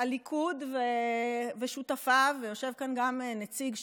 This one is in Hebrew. שהליכוד ושותפיו, ויושב כאן גם נציג ש"ס,